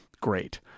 great